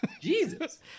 Jesus